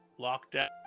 lockdown